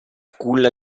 culla